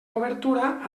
cobertura